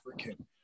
African